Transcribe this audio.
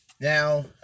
Now